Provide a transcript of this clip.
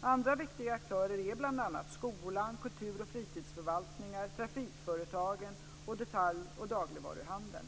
Andra viktiga aktörer är bl.a. skolan, kultur och fritidsförvaltningar, trafikföretagen och detalj och dagligvaruhandeln.